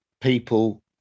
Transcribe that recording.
people